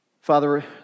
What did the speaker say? Father